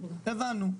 הבנו,